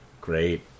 Great